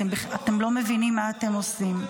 אתם לא מבינים מה אתם עושים.